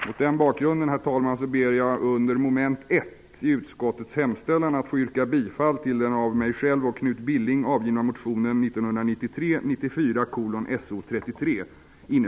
Mot den bakgrunden, herr talman, ber jag att under mom. 1 i utskottets hemställan få yrka bifall till den av mig själv och Knut Billing avgivna motionen